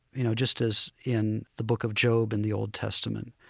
you know, just as in the book of job in the old testament,